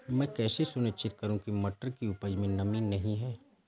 मैं कैसे सुनिश्चित करूँ की मटर की उपज में नमी नहीं है?